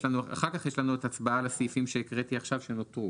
אחר כך יש לנו את ההצבעה על הסעיפים שהקראתי עכשיו שנותרו.